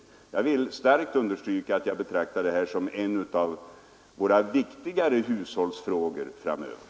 Jag vill starkt understryka att jag betraktar detta som en av våra viktigare hushållsfrågor framöver.